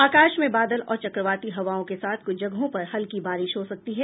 आकाश में बादल और चक्रवाती हवाओं के साथ कुछ जगहों पर हल्की बारिश हो सकती है